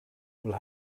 will